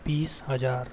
तीस हज़ार